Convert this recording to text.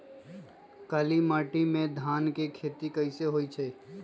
काली माटी में धान के खेती कईसे होइ छइ?